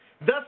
Thus